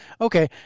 Okay